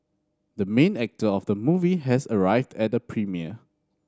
the main actor of the movie has arrived at the premiere